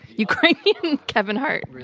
ukrainian kevin hart.